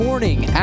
Morning